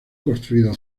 construido